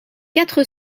quatre